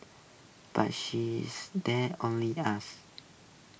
but she's there's only us